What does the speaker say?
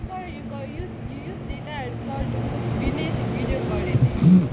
you call you got use you got use data and finish video calling